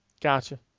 Gotcha